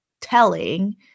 telling